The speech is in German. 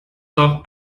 doch